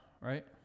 right